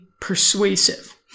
persuasive